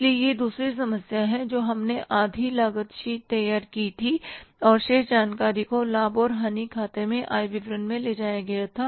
इसलिए यह दूसरी समस्या है जो हमने आधी लागत शीट तैयार की थी और शेष जानकारी को लाभ और हानि खाते में आय विवरण में ले जाया गया था